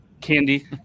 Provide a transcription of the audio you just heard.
candy